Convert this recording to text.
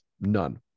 None